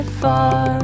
far